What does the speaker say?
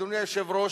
אדוני היושב-ראש,